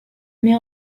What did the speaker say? mais